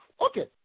Okay